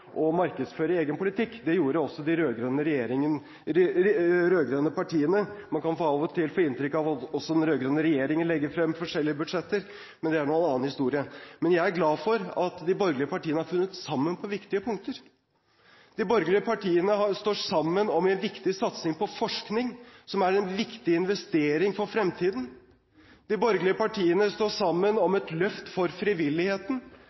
og markedsføre egen politikk. Det gjorde også de rød-grønne partiene. Man kan av og til få inntrykk av at også den rød-grønne regjeringen legger frem forskjellige budsjetter, men det er jo en annen historie. Men jeg er glad for at de borgerlige partiene har funnet sammen på viktige punkter. De borgerlige partiene står sammen om en viktig satsing på forskning, som er en viktig investering for fremtiden. De borgerlige partiene står sammen om et løft for frivilligheten.